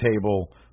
table